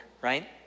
right